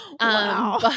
Wow